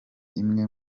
imwe